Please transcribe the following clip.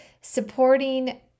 supporting